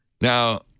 Now